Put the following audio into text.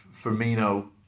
Firmino